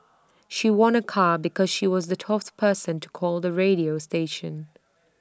she won A car because she was the twelfth person to call the radio station